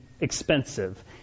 expensive